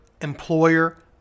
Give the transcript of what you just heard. employer